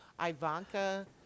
Ivanka